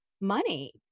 money